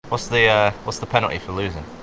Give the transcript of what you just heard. what's the ah. what's the penalty for losing?